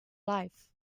life